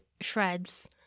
shreds